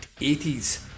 80s